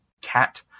cat